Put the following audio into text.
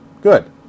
good